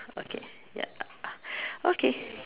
okay ya okay